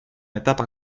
etapa